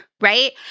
right